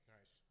Nice